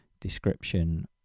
description